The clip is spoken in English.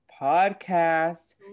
Podcast